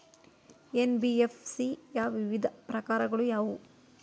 NBFC ಯ ವಿವಿಧ ಪ್ರಕಾರಗಳು ಯಾವುವು?